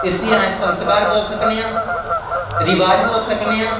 इस्सी अस स्संकार बोल्ली सकने आं रवाज बोल्ली सकने आं